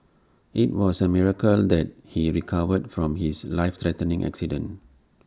IT was A miracle that he recovered from his life threatening accident